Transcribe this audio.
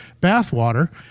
bathwater